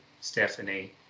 Stephanie